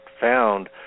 found